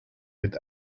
with